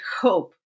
hope